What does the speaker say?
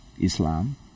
Islam